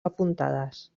apuntades